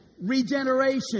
regeneration